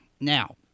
Now